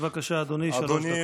בבקשה, אדוני, שלוש דקות.